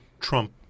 Trump